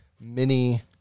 mini